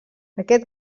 aquest